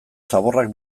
zaborrak